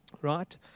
right